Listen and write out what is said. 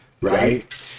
right